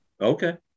Okay